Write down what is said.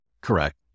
correct